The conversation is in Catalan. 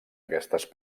aquestes